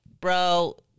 bro